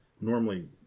normally